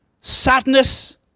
sadness